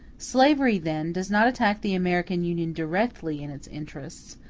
slavery, then, does not attack the american union directly in its interests,